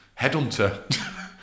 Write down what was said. headhunter